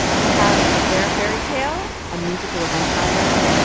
we have a bear fairy tale, a musical of umpires,